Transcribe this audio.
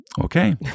Okay